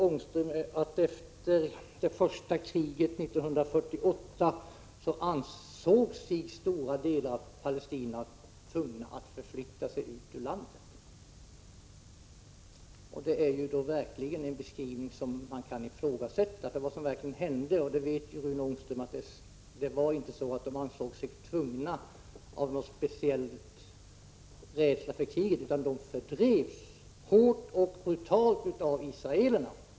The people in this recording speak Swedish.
Han sade att efter det första kriget 1948 stora delar av den palestinska befolkningen ansåg sig tvungna att förflytta sig ut ur landet. Detta är verkligen en beskrivning som kan ifrågasättas. Vad som hände var — och det vet Rune Ångström — att palestinierna fördrevs mycket hårt och brutalt av israelerna och att det alltså inte var fråga om någon rädsla för kriget.